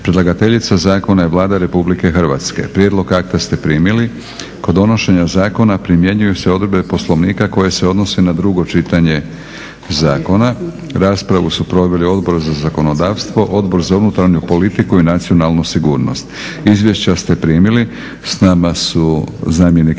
Predlagateljica zakona je Vlada RH. Prijedlog akta ste primili. Kod donošenja zakona primjenjuju se odredbe Poslovnika koje se odnose na drugo čitanje zakona. Raspravu su proveli Odbor za zakonodavstvo, Odbor za unutarnju politiku i nacionalnu sigurnost. Izvješća ste primili. S nama su zamjenik